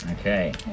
Okay